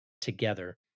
together